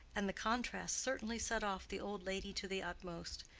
and the contrast certainly set off the old lady to the utmost.